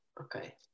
okay